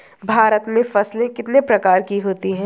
भारत में फसलें कितने प्रकार की होती हैं?